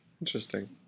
Interesting